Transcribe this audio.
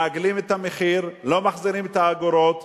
מעגלים את המחיר, לא מחזירים את האגורות,